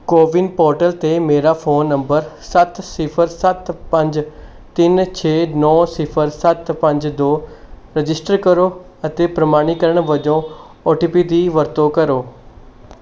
CoWIN portal 'ਤੇ ਮੇਰਾ phone number ਸੱਤ ਸਿਫ਼ਰ ਸੱਤ ਪੰਜ ਤਿੰਨ ਛੇ ਨੌ ਸਿਫ਼ਰ ਸੱਤ ਪੰਜ ਦੋ ਰਜਿਸਟਰ ਕਰੋ ਅਤੇ ਪ੍ਰਮਾਣੀਕਰਨ ਵਜੋਂ ਓ ਟੀ ਪੀ ਦੀ ਵਰਤੋਂ ਕਰੋ